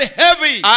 heavy